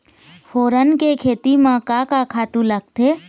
फोरन के खेती म का का खातू लागथे?